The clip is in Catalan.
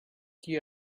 qui